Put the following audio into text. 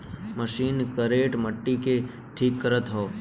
machine करेड़ मट्टी के ठीक करत हौ